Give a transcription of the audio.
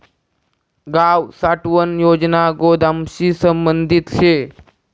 गाव साठवण योजना गोदामशी संबंधित शे